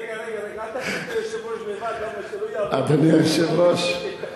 רגע, אל תשאיר את היושב-ראש לבד, אדוני היושב-ראש,